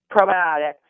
probiotics